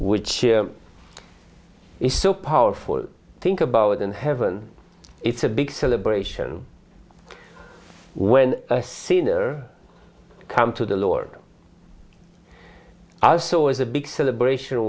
which is so powerful think about it in heaven it's a big celebration when a sinner come to the lord i saw as a big celebration